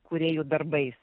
kūrėjų darbais